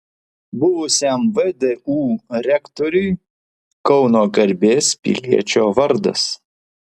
buvusiam vdu rektoriui kauno garbės piliečio vardas